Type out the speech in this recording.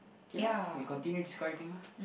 ya lah we continue describing lah